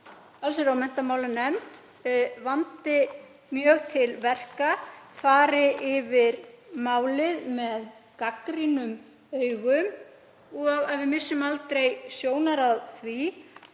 allsherjar- og menntamálanefnd vandi mjög til verka, fari yfir málið með gagnrýnum augum og að við missum aldrei sjónar á því